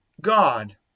God